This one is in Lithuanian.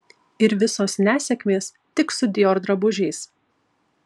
ir visos nesėkmės tik su dior drabužiais